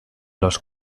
los